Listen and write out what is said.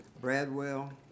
bradwell